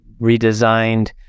redesigned